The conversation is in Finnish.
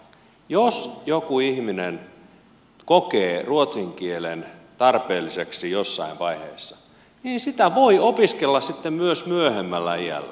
jos joku ihminen kokee ruotsin kielen tarpeelliseksi jossain vaiheessa niin sitä voi opiskella myös myöhemmällä iällä